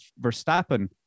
Verstappen